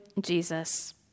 Jesus